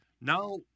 Now